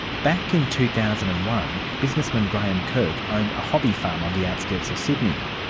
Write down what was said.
back in two thousand and one, businessman graeme kirk owned a hobby farm on the outskirts of sydney.